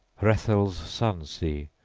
hrethel's son see,